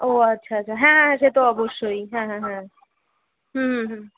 ও আচ্ছা আচ্ছা হ্যাঁ হ্যাঁ সে তো অবশ্যই হ্যাঁ হ্যাঁ হ্যাঁ হুম হুম হুম